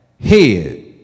head